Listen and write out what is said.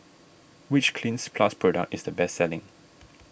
which Cleanz Plus product is the best selling